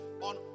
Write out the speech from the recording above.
on